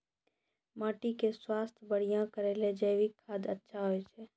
माटी के स्वास्थ्य बढ़िया करै ले जैविक खाद अच्छा होय छै?